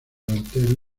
delantero